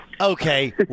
okay